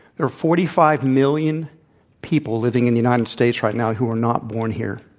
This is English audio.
there are forty five million people living in the united states right now who are not born here.